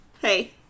Hey